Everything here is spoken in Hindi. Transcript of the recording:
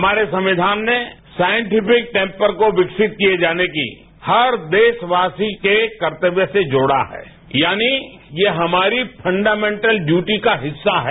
हमारे संविधान ने साइंटिफिक टैम्पर को विकसित किए जाने की हर देशवासी के कर्तत्व्य से जोड़ा है यानि यह हमारी फंडामेंटल डयूटी का हिस्सा है